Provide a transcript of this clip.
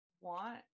want